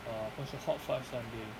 err of course the hot fudge sundae